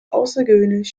außergewöhnlich